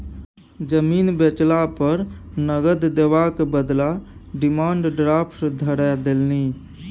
जमीन बेचला पर नगद देबाक बदला डिमांड ड्राफ्ट धरा देलनि